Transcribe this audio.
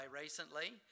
recently